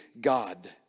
God